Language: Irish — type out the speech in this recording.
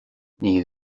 níl